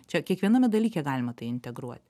čia kiekviename dalyke galima tai integruoti